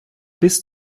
bis